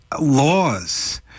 Laws